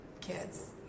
kids